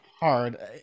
hard